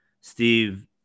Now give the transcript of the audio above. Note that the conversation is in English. Steve